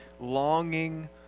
longing